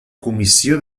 comissió